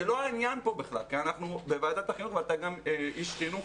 זה לא העניין פה בכלל כי אנחנו בוועדת החינוך ואתה גם איש חינוך,